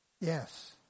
Yes